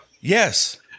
Yes